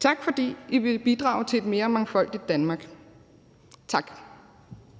Tak fordi I vil bidrage til et mere mangfoldigt Danmark. Tak.